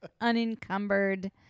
Unencumbered